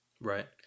Right